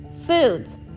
foods